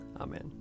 Amen